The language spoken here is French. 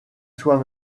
soi